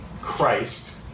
Christ